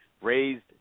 raised